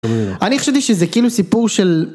אני חשבתי שזה כאילו סיפור של...